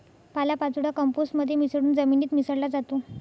पालापाचोळा कंपोस्ट मध्ये मिसळून जमिनीत मिसळला जातो